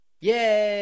Yay